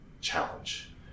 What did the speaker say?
challenge